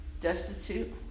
destitute